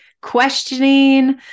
questioning